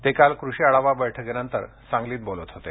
ते काल कृषी आढावा बैठकीनंतर सांगलीत बोलत होते